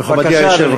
בבקשה, אדוני.